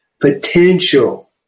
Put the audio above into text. potential